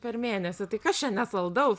per mėnesį tai kas čia nesaldaus